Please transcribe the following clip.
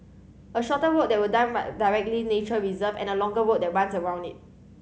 a shorter route that will directly nature reserve and a longer route that runs around it